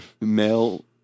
male